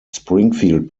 springfield